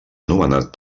anomenat